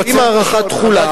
קובעים הארכת תחולה,